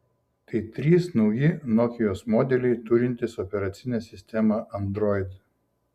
tai trys nauji nokios modeliai turintys operacinę sistemą android